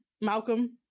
Malcolm